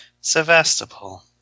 Sevastopol